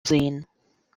sehen